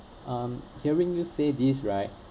um hearing you say this right